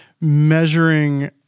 measuring